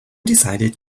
decided